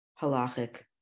halachic